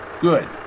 Good